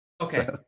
okay